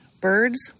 Birds